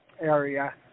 area